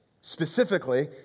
Specifically